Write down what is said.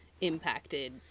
impacted